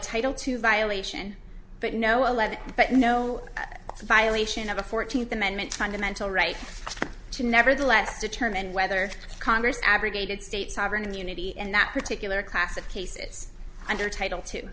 title two violation but no eleven but no violation of a fourteenth amendment fundamental right to nevertheless determine whether congress abrogated state sovereign immunity and that particular class of cases under title t